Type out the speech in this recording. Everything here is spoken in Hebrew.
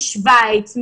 משוויץ,